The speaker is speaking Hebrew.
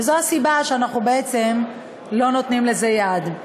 וזו הסיבה שאנחנו בעצם לא נותנים לזה יד.